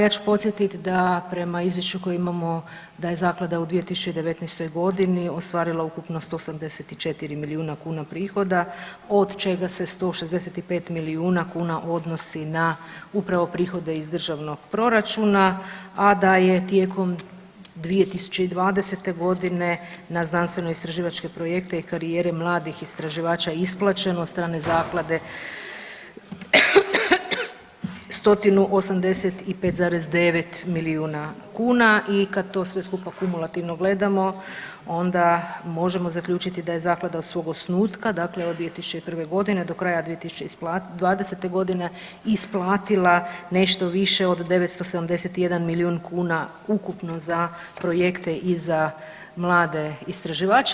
Ja ću podsjetit da prema izvješću koji imamo da je zaklada u 2019.g. ostvarila ukupno 174 milijuna kuna prihoda od čega se 165 milijuna kuna odnosi na upravo prihode iz državnog proračuna, a da je tijekom 2020.g. na znanstvenoistraživačke projekte i karijere mladih istraživača isplaćeno od strane zaklade 185,9 milijuna kuna i kad to sve skupa kumulativno gledamo onda možemo zaključiti da je zaklada od svog osnutka, dakle od 2001.g. do kraja 2020.g. isplatila nešto više od 971 milijun kuna ukupno za projekte i za mlade istraživače.